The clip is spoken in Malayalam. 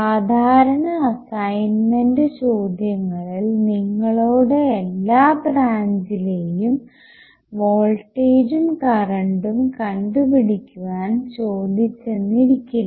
സാധാരണ അസൈൻമെൻറ് ചോദ്യങ്ങളിൽ നിങ്ങളോട് എല്ലാ ബ്രാഞ്ചിലെയും വോൾട്ടേജും കറണ്ടും കണ്ടുപിടിക്കുവാൻ ചോദിച്ചെന്നിരിക്കില്ല